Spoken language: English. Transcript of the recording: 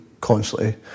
Constantly